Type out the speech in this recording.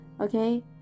okay